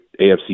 AFC